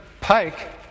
pike